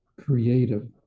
creative